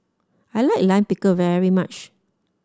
I like Lime Pickle very much